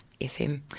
FM